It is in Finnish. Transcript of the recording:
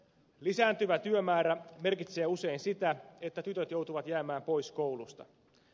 lisääntyvä työmäärä merkitsee usein sitä että tytöt joutuvat jäämään pois koulusta